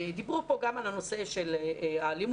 דיברו פה גם על הנושא של האלימות.